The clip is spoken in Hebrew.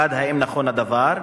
1. האם נכון הדבר?